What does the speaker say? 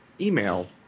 email